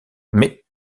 mais